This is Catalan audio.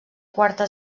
quarta